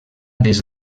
des